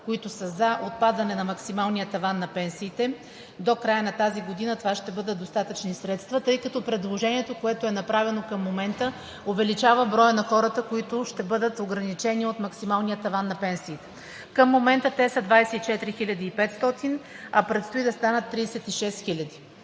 които са за отпадане на максималния таван на пенсиите. До края на тази година това ще бъдат достатъчни средства, тъй като предложението, направено към момента, увеличава броя на хората, които ще бъдат ограничени от максималния таван на пенсиите. Към момента те са 24 500, а предстои да станат 36 000.